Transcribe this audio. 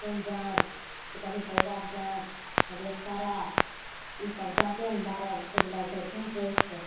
खून जाँच तऽ कभी पेशाब जाँच कभी एक्सरे ईसब जाँचेमे बारे गो खूब लै छै खून टेस्ट